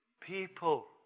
People